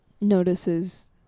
notices